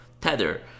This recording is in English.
Tether